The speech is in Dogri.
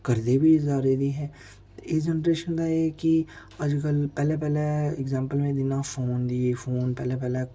करदे बी सारे दी हे ते एह् जनरेशन दा एह् कि अज्जकल पैह्लें पैह्लें अग्जैंपल में दिन्नां फोन दी फोन पैह्लें पैह्लें